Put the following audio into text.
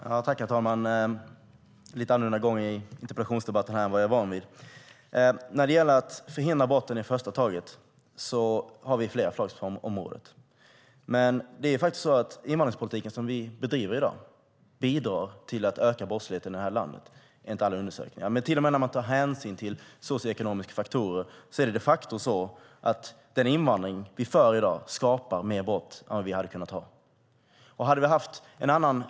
Herr talman! Det är en något annorlunda gång i denna interpellationsdebatt än vad jag är van vid. När det gäller att redan från början förhindra brott har vi flera förslag på området. Den invandringspolitik som vi i dag bedriver bidrar enligt alla undersökningar till att öka brottsligheten i det här landet. Till och med när man tar hänsyn till socioekonomiska faktorer skapar den invandringspolitik vi för i dag de facto fler brott än vi hade haft om den inte funnits.